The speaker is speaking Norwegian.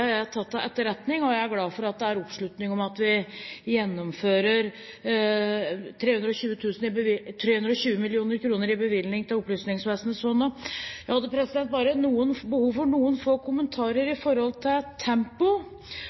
jeg tatt til etterretning, og jeg er glad for at det er oppslutning om at vi gjennomfører bevilgningen på 320 mill. kr til Opplysningsvesenets fond nå. Jeg har behov for noen få kommentarer i forhold til